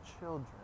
children